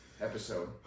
episode